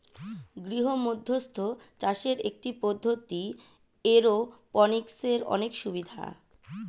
গৃহমধ্যস্থ চাষের একটি পদ্ধতি, এরওপনিক্সের অনেক সুবিধা